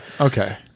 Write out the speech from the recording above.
Okay